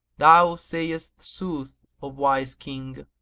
thou sayest sooth, o wise king!